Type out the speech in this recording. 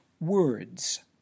words